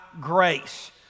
grace